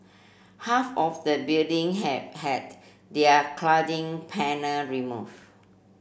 half of the building have had their cladding panel removed